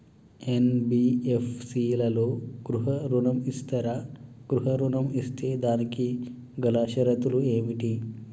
NBFC లలో గృహ ఋణం ఇస్తరా? గృహ ఋణం ఇస్తే దానికి గల షరతులు ఏమిటి?